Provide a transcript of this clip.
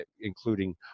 including